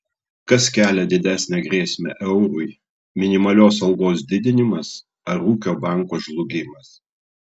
kas kelia didesnę grėsmę eurui minimalios algos didinimas ar ūkio banko žlugimas